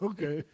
Okay